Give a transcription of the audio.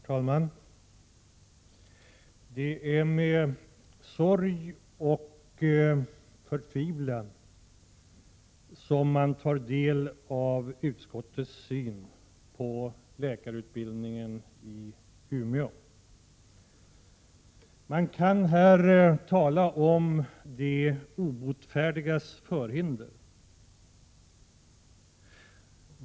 Herr talman! Det är med sorg och förtvivlan man tar del av utskottets syn på läkarutbildningen i Umeå. Man kan här tala om de obotfärdigas förhinder.